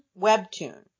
Webtoon